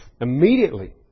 Immediately